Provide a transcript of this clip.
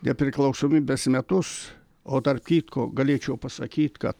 nepriklausomybės metus o tarp kitko galėčiau pasakyt kad